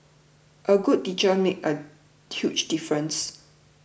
a good teacher makes a huge difference